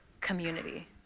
community